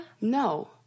No